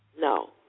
No